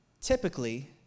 typically